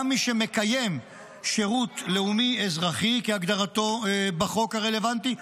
גם מי שמקיים שירות לאומי אזרחי כהגדרתו בחוק הרלוונטי,